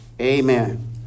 Amen